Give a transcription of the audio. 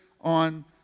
on